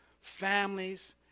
families